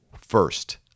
First